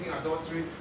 adultery